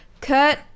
Kurt